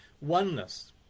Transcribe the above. oneness